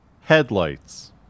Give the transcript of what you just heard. Headlights